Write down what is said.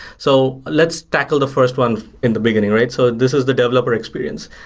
so let's tackle the first one in the beginning, right? so this is the developer experience.